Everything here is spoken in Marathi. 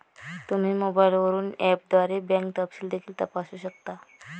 तुम्ही मोबाईलवरून ऍपद्वारे बँक तपशील देखील तपासू शकता